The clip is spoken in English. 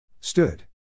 Stood